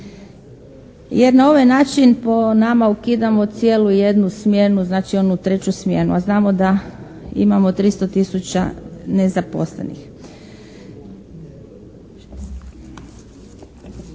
Jer na ovaj način po nama ukidamo cijelu jednu smjenu, znači onu treću smjenu, a znamo da imamo 300 tisuća nezaposlenih.